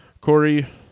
Corey